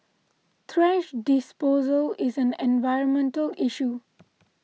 thrash disposal is an environmental issue